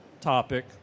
topic